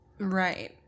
Right